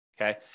okay